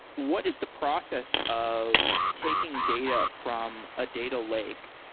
what is the process of taking data from a data lake,